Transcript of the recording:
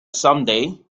someday